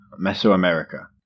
Mesoamerica